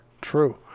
True